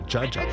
Judge